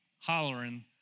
hollering